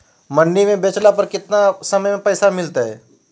मंडी में बेचला पर कितना समय में पैसा मिलतैय?